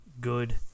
good